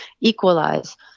equalize